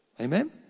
Amen